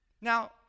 Now